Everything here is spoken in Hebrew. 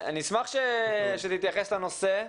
אני אשמח שתתייחס לנושא,